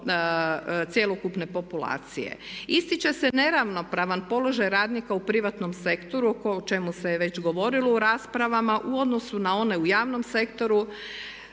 gotovo cjelokupne populacije. Ističe se neravnopravan položaj radnika u privatnom sektoru o čemu se je već govorilo u raspravama u odnosu na one u javnom sektoru.